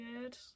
good